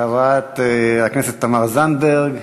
חברת הכנסת תמר זנדברג,